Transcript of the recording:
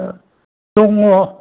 औ दङ'